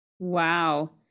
Wow